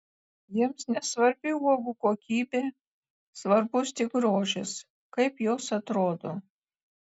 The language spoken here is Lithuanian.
jiems nesvarbi uogų kokybė svarbus tik grožis kaip jos atrodo